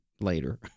later